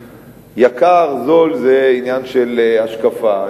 יקר, זול, זה עניין של השקפה.